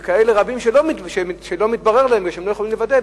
וכאלה רבים שלא מתברר להם והם לא יכולים לוודא,